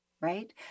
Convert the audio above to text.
right